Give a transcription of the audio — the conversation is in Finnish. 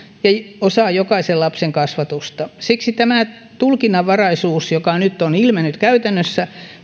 ja osa jokaisen lapsen kasvatusta siksi tämä tulkinnanvaraisuus joka nyt on ilmennyt käytännössä